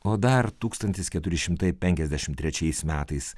o dar tūkstantis keturi šimtai penkiasdešimt trečiais metais